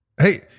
Hey